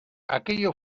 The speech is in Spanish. aquello